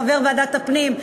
חבר ועדת הפנים,